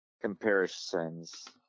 comparisons